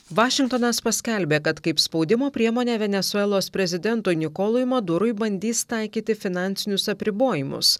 vašingtonas paskelbė kad kaip spaudimo priemonę venesuelos prezidentui nikolui madurui bandys taikyti finansinius apribojimus